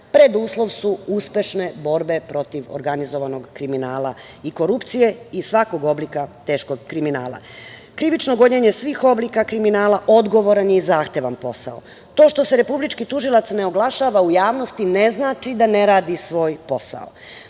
pred uslov su uspešne borbe protiv organizovanog kriminala i korupcije i svakog oblika teškog kriminala. Krivično gonjenje svih oblika kriminala odgovoran je i zahvalan posao. To što se Republički tužilac ne oglašava u javnosti ne znači da ne radi svoj posao. Da